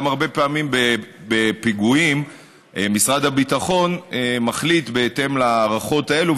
הרבה פעמים גם בפיגועים משרד הביטחון מחליט בהתאם להערכות האלה,